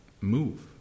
move